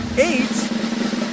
eight